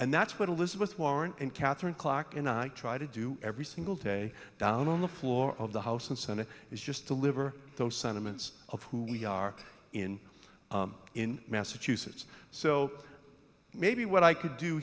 and that's what elizabeth warren and catherine clock and i try to do every single day down on the floor of the house and senate is just deliver those sentiments of who we are in in massachusetts so maybe what i could do